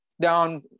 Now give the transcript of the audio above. down